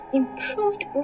improved